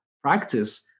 practice